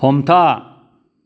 हमथा